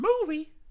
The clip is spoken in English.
movie